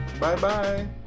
Bye-bye